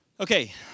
Okay